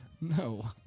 No